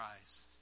eyes